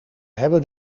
hebben